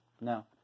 No